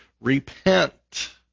Repent